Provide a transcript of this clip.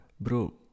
Bro